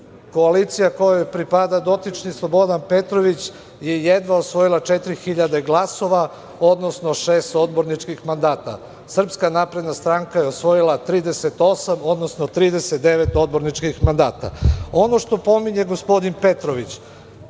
koalicija kojoj pripada dotični Slobodan Petrović je jedva osvojila 4.000 glasova, odnosno šest odborničkih mandata. Srpska napredna stranka je osvojila 38, odnosno 39 odborničkih mandata. Ono što pominje gospodin Petrović